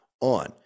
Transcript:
on